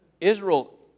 Israel